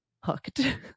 hooked